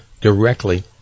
directly